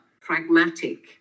pragmatic